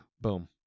Boom